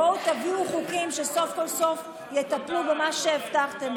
בואו, תביאו חוקים שסוף כל סוף יטפלו במה שהבטחתם.